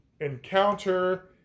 encounter